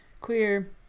queer